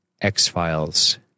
X-Files